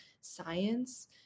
science